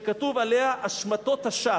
שכתוב עליה "השמטות הש"ס".